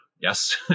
yes